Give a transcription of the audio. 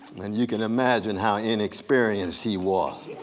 and you can imagine how inexperienced he was.